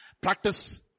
Practice